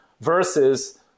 versus